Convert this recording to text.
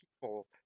people